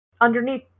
underneath